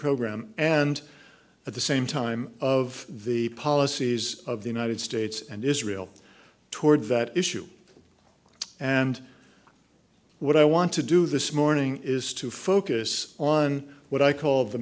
program and at the same time of the policies of the united states and israel toward that issue and what i want to do this morning is to focus on what i call the